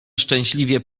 szczęśliwie